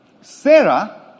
Sarah